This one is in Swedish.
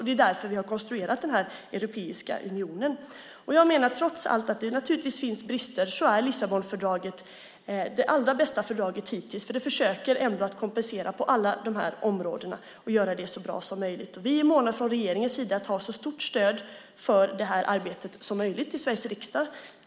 Det är därför vi har konstruerat den här europeiska unionen. Trots allt finns det naturligtvis brister, men jag menar att Lissabonfördraget är det allra bästa fördraget hittills, för det försöker ändå att kompensera på alla de här områdena och göra det så bra som möjligt. Vi är från regeringens sida måna om att ha ett så stort stöd för det här arbetet som möjligt i Sveriges riksdag.